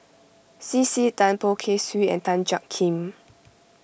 C C Tan Poh Kay Swee and Tan Jiak Kim